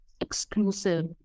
exclusive